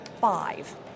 five